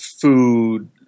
food